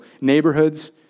neighborhoods